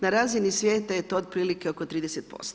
Na razini svijeta je to otprilike oko 30%